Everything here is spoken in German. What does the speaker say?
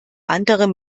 andere